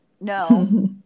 no